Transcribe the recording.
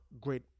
great